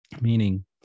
meaning